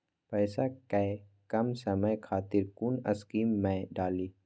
पैसा कै कम समय खातिर कुन स्कीम मैं डाली?